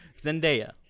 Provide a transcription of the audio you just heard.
Zendaya